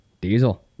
Diesel